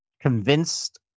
convinced